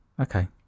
okay